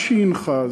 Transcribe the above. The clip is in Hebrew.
מה שהנחה,